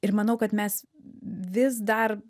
ir manau kad mes vis dar